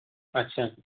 अच्छा